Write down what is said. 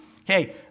Okay